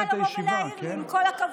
לא זכותך לבוא ולהעיר לי, עם כל הכבוד.